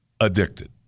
addicted